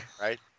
Right